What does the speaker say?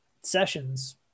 sessions